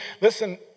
Listen